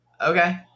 Okay